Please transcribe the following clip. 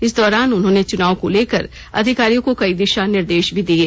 इस दौरान उन्होंने चुनाव को लेकर अधिकारियों को कई दिशा निर्देश भी दिये